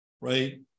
right